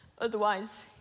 Otherwise